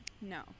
no